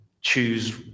choose